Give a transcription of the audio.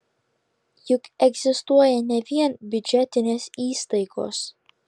juk egzistuoja ne vien biudžetinės įstaigos